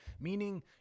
meaning